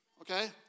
okay